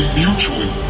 mutually